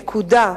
נקודה,